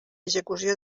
execució